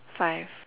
five